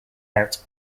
out